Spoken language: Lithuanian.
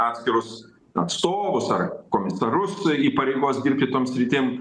atskirus atstovus ar komisarus įpareigos dirbti tom sritim